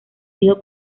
sido